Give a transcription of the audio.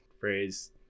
phrase